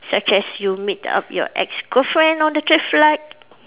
such as you meet up your ex girlfriend on the traffic light